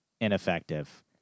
ineffective